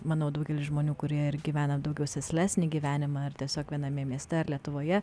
manau daugelis žmonių kurie ir gyvena daugiau sėslesnį gyvenimą ar tiesiog viename mieste ar lietuvoje